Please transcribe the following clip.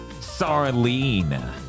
Sarlene